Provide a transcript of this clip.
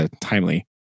timely